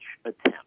attempt